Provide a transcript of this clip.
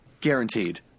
Guaranteed